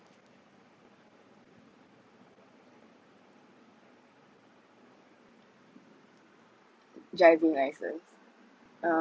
driving license